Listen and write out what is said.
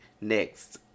Next